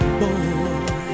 boy